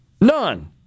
None